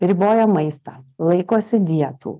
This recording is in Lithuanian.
riboja maistą laikosi dietų